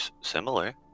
similar